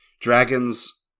Dragons